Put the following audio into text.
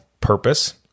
purpose